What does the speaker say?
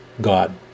God